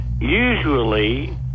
usually